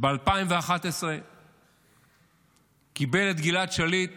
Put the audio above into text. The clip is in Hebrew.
ב-2011 קיבל את גלעד שליט